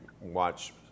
watch